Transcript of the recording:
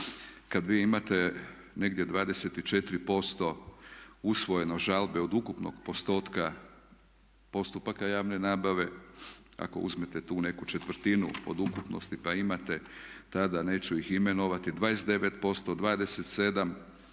Kada vi imate negdje 24% usvojeno žalbe od ukupnog postotka postupaka javne nabave, ako uzmete tu neku četvrtinu od ukupnosti pa imate tada, neću ih imenovati 29%, 27,